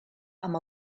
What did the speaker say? amb